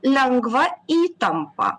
lengva įtampa